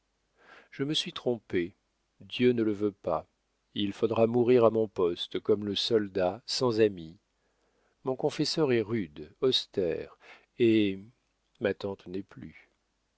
je me suis trompée dieu ne le veut pas il faudra mourir à mon poste comme le soldat sans ami mon confesseur est rude austère et ma tante n'est plus